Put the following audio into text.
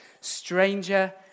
stranger